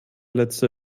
letzte